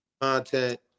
content